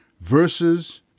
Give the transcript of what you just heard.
verses